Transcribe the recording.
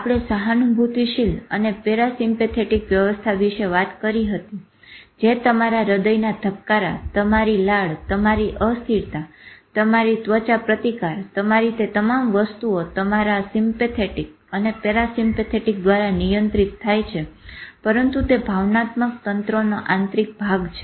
આપણે સહાનુભુતિશીલ અને પેરાસીમ્પેથેટીક વ્યવથા વિશે વાત કરી હતી જે તમારા હૃદયના ધાભકારા તમારી લાળ તમારી અસ્થિરતા તમારી ત્વચા પ્રતિકાર તમારી તે તમામ વસ્તુઓ તમાર સિમ્પેથેટીક અને પેરાસીમ્પેથેટીક દ્વારા નિયંત્રી થાય છે પરંતુ તે ભાવનાત્મક તંત્રનો આંતરિક ભાગ છે